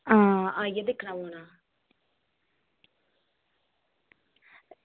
आं आइयै दिक्खी लैयो